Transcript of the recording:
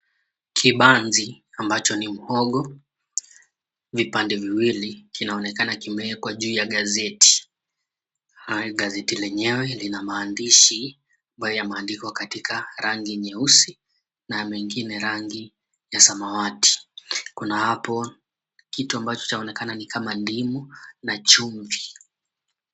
Kibanzi ambacho ni mhogo vipande viwili kinaonekana kimewekwa juu ya gazeti. Gazeti lenyewe lina maandishi ambayo yameandikwa katika rangi meusi na mengine rangi ya samawati. Kuna hapo kitu ambacho chaonekana kama ndimu na chumvi.